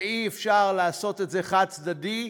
אי-אפשר לעשות את זה במהלך חד-צדדי,